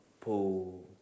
pull